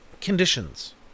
conditions